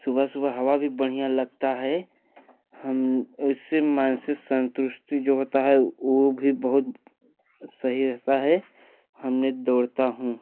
सुबह सुबह हवा भी बढ़िया लगती है हम उससे मानसिक संतुष्टि जो होती है वो भी बहुत सही रहती है हमने दौड़ता हूँ